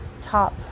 top